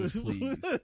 please